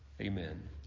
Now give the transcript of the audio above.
amen